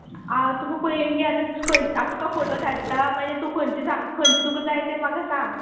हांव तुका पय मगे आतां खं आ तुका फोटो धाडटा मागे तूं खंयचे सांग खंयचे तुका जाय ते म्हाका सांग